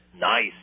Nice